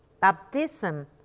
Baptism